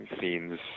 scenes